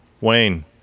Wayne